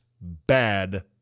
bad